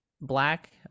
black